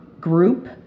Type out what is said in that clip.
group